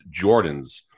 Jordans